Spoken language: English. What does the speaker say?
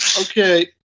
Okay